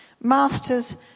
Masters